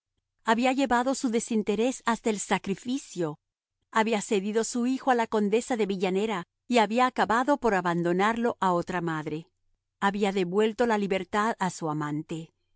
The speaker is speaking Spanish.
había llevado su desinterés hasta el sacrificio había cedido su hijo a la condesa de villanera y había acabado por abandonarlo a otra madre había devuelto la libertad a su amante